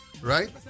right